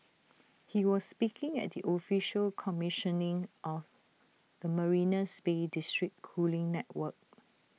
he was speaking at the official commissioning of the marina Bay's district cooling network